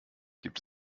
gibt